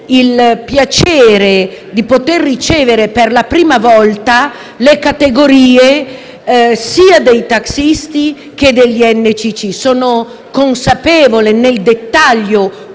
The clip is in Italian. il piacere di poter ricevere, per la prima volta, le categorie sia dei taxisti che degli NCC. Sono consapevole nel dettaglio